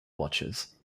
watches